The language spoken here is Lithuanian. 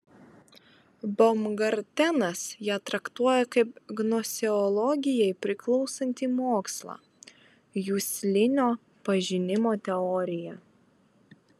baumgartenas ją traktuoja kaip gnoseologijai priklausantį mokslą juslinio pažinimo teoriją